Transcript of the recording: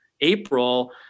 April